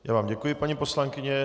Já vám děkuji, paní poslankyně.